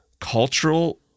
cultural